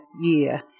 year